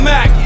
Mac